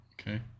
okay